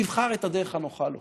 שיבחר את הדרך הנוחה לו: